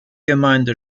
gemeinde